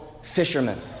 fishermen